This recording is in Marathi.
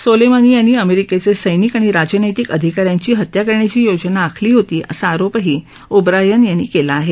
सोलेमानी यांनी अमेरिकेचे सैनिक आणि राजनैतिक अधिकाऱ्यांची हत्या करण्याची योजना आखली होती असा आरोपही ओब्रायन यांनी केला आहे